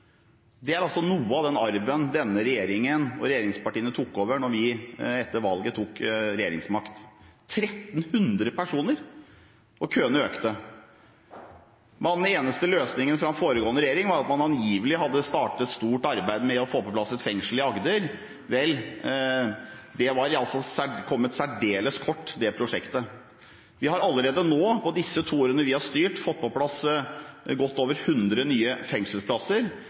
er noe av arven denne regjeringen overtok da vi etter valget tok over regjeringsmakten – 1 300 personer, og køene økte. Den eneste løsningen fra den foregående regjeringen var at man angivelig hadde startet et stort arbeid med å få på plass et fengsel i Agder. Vel, det prosjektet var kommet særdeles kort. Vi har allerede nå – etter å ha styrt i litt over ett år – fått på plass godt over 100 nye fengselsplasser.